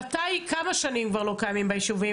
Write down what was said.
כמה שנים כבר לא קיימים ביישובים,